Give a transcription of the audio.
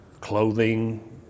clothing